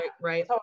right